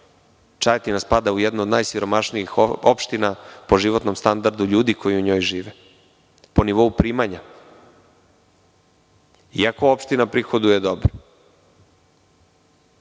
Čajetina spada u jednu od najsiromašnijih opština po životnom standardu ljudi koji u njoj žive, po nivou primanja iako opština prihoduje dobro,